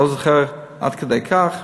אני לא זוכר עד כדי כך.